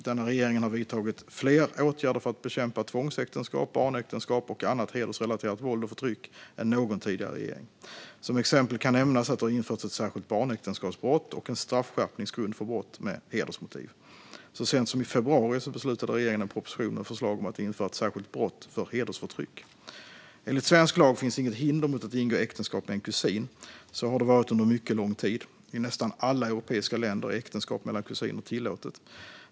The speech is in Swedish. Denna regering har vidtagit fler åtgärder för att bekämpa tvångsäktenskap, barnäktenskap och annat hedersrelaterat våld och förtryck än någon tidigare regering. Som exempel kan nämnas att det har införts ett särskilt barnäktenskapsbrott och en straffskärpningsgrund för brott med hedersmotiv. Så sent som i februari beslutade regeringen om en proposition med förslag om att införa ett särskilt brott för hedersförtryck. Enligt svensk lag finns inget hinder mot att ingå äktenskap med en kusin. Så har det varit under mycket lång tid. I nästan alla europeiska länder är äktenskap mellan kusiner tillåtet.